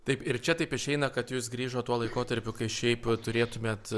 taip ir čia taip išeina kad jūs grįžot tuo laikotarpiu kai šiaip turėtumėt